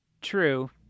True